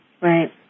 Right